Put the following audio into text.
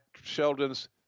Sheldon's